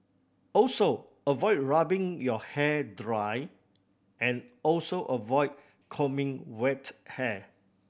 also avoid rubbing your hair dry and also avoid combing wet hair